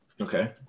Okay